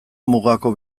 mugako